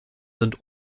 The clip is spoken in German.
sind